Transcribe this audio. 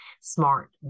smart